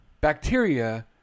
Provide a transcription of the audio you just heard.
bacteria